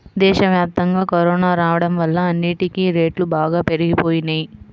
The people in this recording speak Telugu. దేశవ్యాప్తంగా కరోనా రాడం వల్ల అన్నిటికీ రేట్లు బాగా పెరిగిపోయినియ్యి